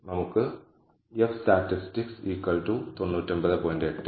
നമുക്ക് F statistic 99